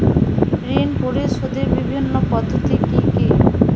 ঋণ পরিশোধের বিভিন্ন পদ্ধতি কি কি?